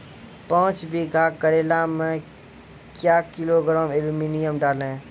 पाँच बीघा करेला मे क्या किलोग्राम एलमुनियम डालें?